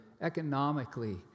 economically